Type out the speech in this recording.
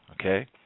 Okay